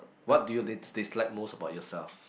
what do you dis~ dislike most about yourself